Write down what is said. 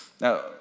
Now